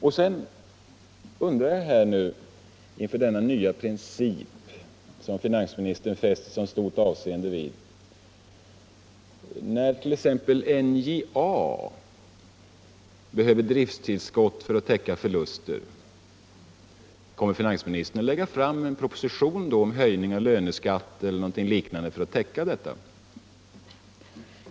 Och sedan undrar jag, inför denna nya princip som finansministern nu fäster så stort avseende vid: När t.ex. NJA behöver drifttillskott för att täcka förluster, kommer finansministern då att lägga fram en proposition om höjning av löneskatt eller någonting liknande för att täcka detta?